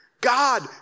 God